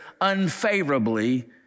unfavorably